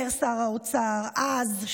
אומר שר האוצר אז,